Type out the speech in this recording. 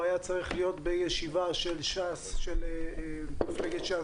הוא היה צריך להיות בישיבה של מפלגת ש"ס